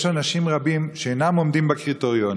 יש הרבה אנשים שאינם עומדים בקריטריונים